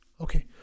Okay